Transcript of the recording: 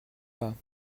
pas